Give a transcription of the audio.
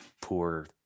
poor